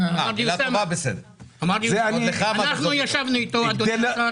אנחנו ישבנו איתו, אדוני השר